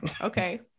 Okay